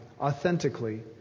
authentically